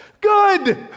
Good